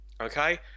Okay